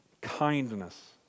kindness